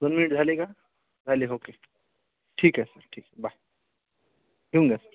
दोन मिनिट झाले का झाले ओके ठीकआहे बाय ठेऊन द्या